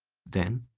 then,